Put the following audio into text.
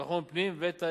ביטחון פנים והתיירות.